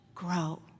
grow